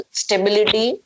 stability